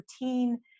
routine